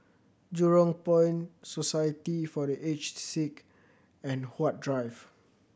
Jurong Point Society for The Aged Sick and Huat Drive